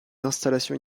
installations